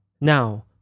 Now